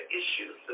issues